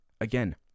Again